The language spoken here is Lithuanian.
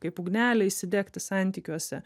kaip ugnelę įsidegti santykiuose